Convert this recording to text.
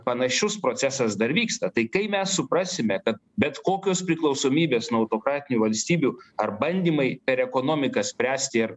panašius procesas dar vyksta tai kai mes suprasime kad bet kokios priklausomybės nuo autokratinių valstybių ar bandymai per ekonomiką spręsti ar